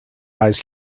eyes